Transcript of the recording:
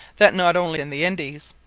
that not only in the indies,